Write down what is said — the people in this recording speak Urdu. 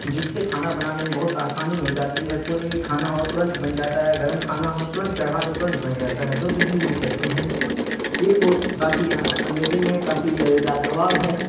جس سے کھانا بنانے میں بہت آسانی ہو جاتی ہے کوئی کھانا ہو ترنت بن جاتا ہے گرم کھانا ہو ترنت چڑھا دو ترنت بن جاتا ہے جو بجلی پہ چلتی ہے لیکن یہ پروڈکٹ کافی امیزنگ ہے کافی لاجواب ہے